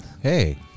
Hey